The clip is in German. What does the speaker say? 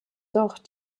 doch